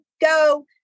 go